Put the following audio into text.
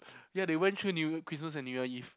ya they went through New Year Christmas and New Year Eve